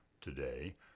Today